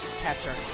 Catcher